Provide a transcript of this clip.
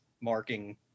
marking